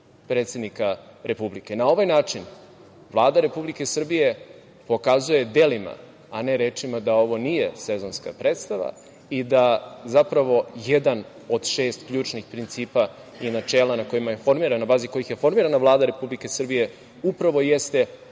predsednika Republike. Na ovaj način Vlada Republike Srbije pokazuje delima a ne rečima da ovo nije sezonska predstava i da zapravo jedan od šest ključnih principa i načela na bazi kojih je formirana Vlada Republike Srbije upravo jeste